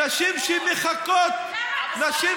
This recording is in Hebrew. אף אחד